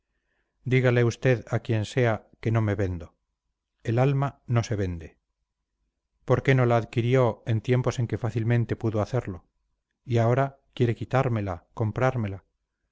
dígale usted a quien sea que no me vendo el alma no se vende por qué no la adquirió en tiempos en que fácilmente pudo hacerlo y ahora quiere quitármela comprármela